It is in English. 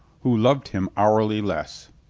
who loved him hourly less.